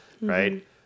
Right